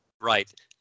Right